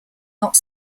not